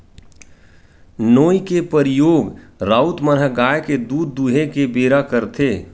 नोई के परियोग राउत मन ह गाय के दूद दूहें के बेरा करथे